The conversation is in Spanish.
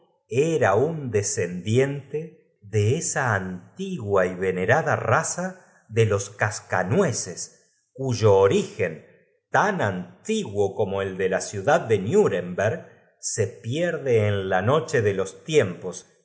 era un descendiente de esa antigua y venerada raza de los cascanueces cuyo origen tao antiguo como el de la ciudad de nuremberg se pierde en la noche de los tiempos